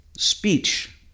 speech